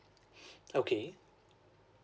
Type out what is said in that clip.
okay